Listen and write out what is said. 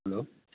hello